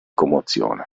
commozione